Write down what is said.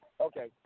Okay